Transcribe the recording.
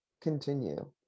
continue